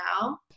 now